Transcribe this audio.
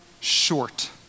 short